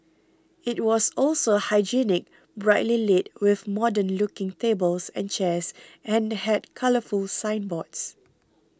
it was also hygienic brightly lit with modern looking tables and chairs and had colourful signboards